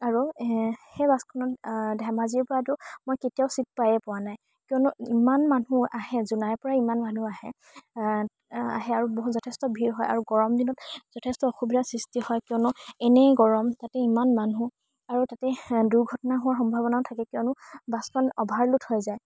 আৰু সেই বাছখনত ধেমাজিৰ পৰাটো মই কেতিয়াও চিট পায়ে পোৱা নাই কিয়নো ইমান মানুহ আহে জোনাইৰ পৰা ইমান মানুহ আহে আহে আৰু বহুত যথেষ্ট ভিৰ হয় আৰু গৰম দিনত যথেষ্ট অসুবিধাৰ সৃষ্টি হয় কিয়নো এনেই গৰম তাতে ইমান মানুহ আৰু তাতে দুৰ্ঘটনা হোৱাৰ সম্ভাৱনাও থাকে কিয়নো বাছখন অ'ভাৰ লোড হৈ যায়